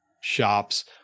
shops